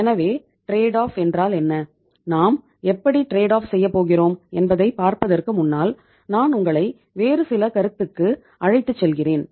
எனவே trade off என்றால் என்ன நாம் எப்படி டிரேட் ஆஃப் செய்யப் போகிறோம் என்பதை பார்ப்பதற்கு முன்னால் நான் உங்களை வேறு சில கருத்துக்கு அழைத்துச் செல்கிறேன்